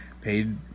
paid